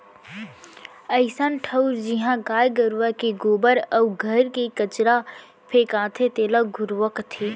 अइसन ठउर जिहॉं गाय गरूवा के गोबर अउ घर के कचरा फेंकाथे तेला घुरूवा कथें